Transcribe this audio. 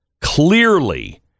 clearly